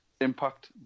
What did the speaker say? Impact